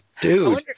Dude